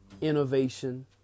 innovation